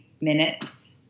minutes